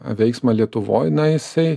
veiksmą lietuvoj na jisai